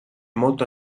molto